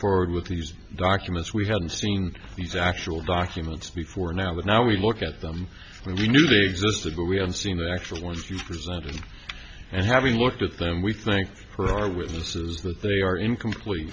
forward with these documents we hadn't seen these actual documents before now but now we look at them and we knew they existed but we haven't seen the actual once you've presented and having looked at them we think for our witnesses that they are incomplete